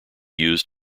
used